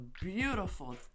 beautiful